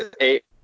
eight